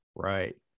right